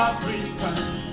Africans